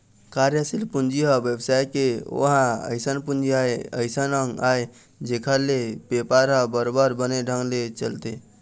कार्यसील पूंजी ह बेवसाय के ओहा अइसन पूंजी आय अइसन अंग आय जेखर ले बेपार ह बरोबर बने ढंग ले चलथे